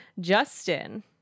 Justin